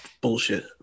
bullshit